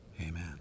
Amen